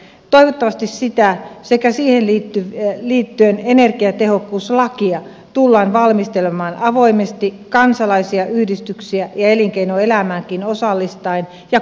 toivottavasti sitä sekä siihen liittyen energiatehokkuuslakia tullaan valmistelemaan avoimesti kansalaisia yhdistyksiä ja elinkeinoelämääkin osallistaen ja kuunnellen